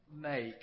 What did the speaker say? make